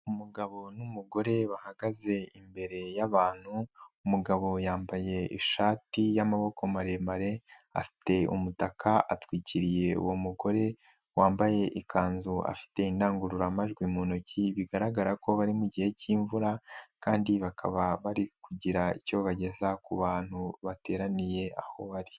umugabo n'umugore bahagaze imbere y'abantu, umugabo yambaye ishati y'amaboko maremare, afite umutaka atwikiriye uwo mugore, wambaye ikanzu afite indangururamajwi mu ntoki, bigaragara ko bari mu gihe cy'imvura, kandi bakaba bari kugira icyo bageza ku bantu bateraniye aho bari.